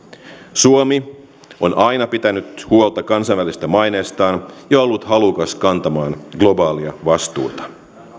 suomi on on aina pitänyt huolta kansainvälisestä maineestaan ja ollut halukas kantamaan globaalia vastuuta